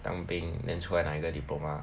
当兵 then 出来拿一个 diploma